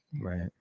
right